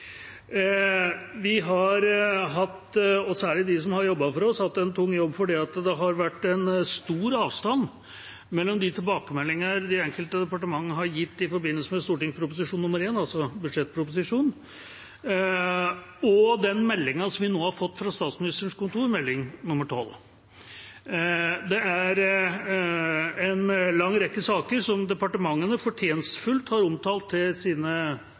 Vi, og særlig de som har jobbet for oss, har hatt en tung jobb fordi det har vært stor avstand mellom de tilbakemeldingene de enkelte departementene har gitt i forbindelse med Prop. 1 S, altså budsjettproposisjonen, og den meldinga som vi nå har fått fra Statsministerens kontor, Meld. St. 12. Det er en lang rekke saker som departementene fortjenstfullt har omtalt,